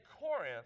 Corinth